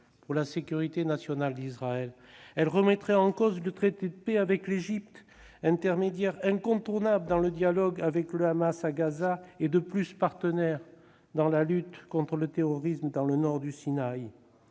pour la sécurité nationale d'Israël. Elle remettrait en cause le traité de paix avec l'Égypte, intermédiaire incontournable dans le dialogue avec le Hamas à Gaza et, de plus, partenaire dans la lutte contre le terrorisme dans le nord du Sinaï.